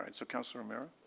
and so councillor o'meara.